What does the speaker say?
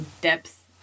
depth